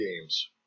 games